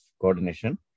coordination